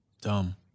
Dumb